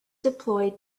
deploy